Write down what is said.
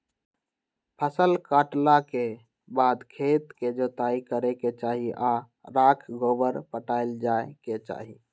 फसल काटला के बाद खेत के जोताइ करे के चाही आऽ राख गोबर पटायल जाय के चाही